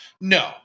no